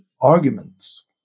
arguments